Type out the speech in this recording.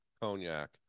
cognac